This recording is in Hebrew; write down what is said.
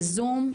בזום.